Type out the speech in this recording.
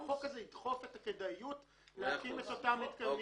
החוק הזה ידחוף את הכדאיות להקים את אותם מתקנים.